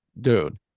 dude